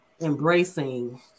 embracing